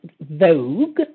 Vogue